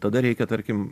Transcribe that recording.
tada reikia tarkim